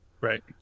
Right